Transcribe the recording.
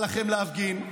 מותר לכם להפגין,